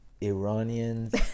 Iranians